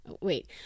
Wait